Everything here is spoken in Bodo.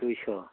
दुइस'